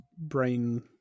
brain